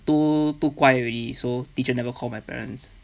too too 乖 already so teacher never call my parents